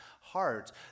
heart